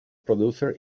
producer